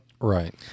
right